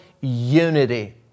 unity